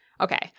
Okay